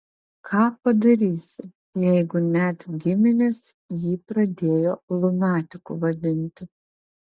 ką padarysi jeigu net giminės jį pradėjo lunatiku vadinti